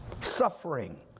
suffering